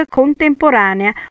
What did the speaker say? contemporanea